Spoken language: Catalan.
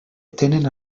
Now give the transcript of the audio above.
tenen